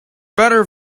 better